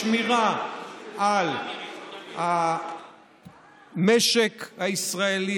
בשמירה על המשק הישראלי,